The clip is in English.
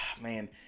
Man